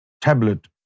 tablet